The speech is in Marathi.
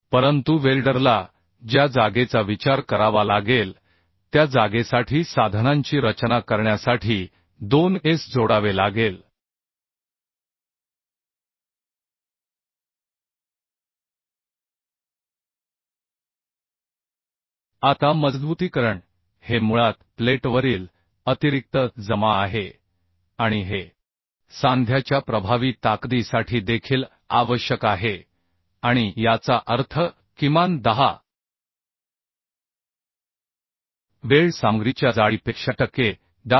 परंतु वेल्डरला ज्या जागेचा विचार करावा लागेल त्या जागेसाठी साधनांची रचना करण्यासाठी 2S जोडावे लागेल आता मजबुतीकरण हे मुळात प्लेटवरील अतिरिक्त जमा आहे आणि हे सांध्याच्या प्रभावी ताकदीसाठी देखील आवश्यक आहे आणि याचा अर्थ किमान 10 वेल्ड सामग्रीच्या जाडीपेक्षा टक्के जास्त